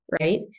right